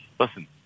Listen